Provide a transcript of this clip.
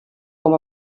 com